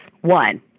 One